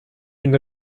une